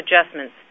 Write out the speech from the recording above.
adjustments